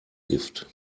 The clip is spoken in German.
gift